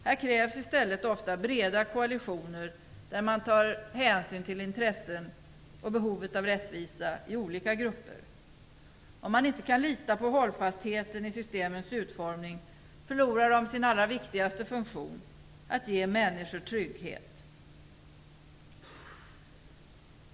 Här krävs i stället ofta breda koalitioner där man tar hänsyn till intressen och behov av rättvisa i olika grupper. Om man inte kan lita på hållfastheten i systemens utformning förlorar de sin allra viktigaste funktion: att ge människor trygghet.